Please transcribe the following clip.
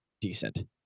decent